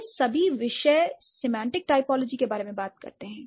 ये सभी विषय सेमांटिक टाइपोलॉजी के बारे में बात करते हैं